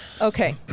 Okay